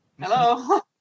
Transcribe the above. Hello